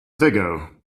vigo